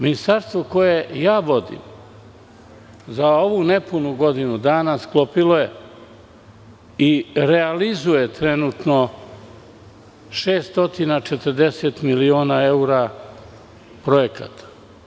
Ministarstvo koje ja vodim, za ovih nepunih godinu dana sklopilo je i realizuje trenutno 640.000.000 evra projekata.